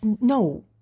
No